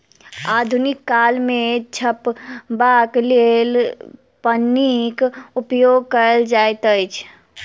आधुनिक काल मे झपबाक लेल पन्नीक उपयोग कयल जाइत अछि